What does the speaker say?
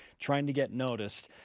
trying to get noticed.